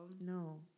No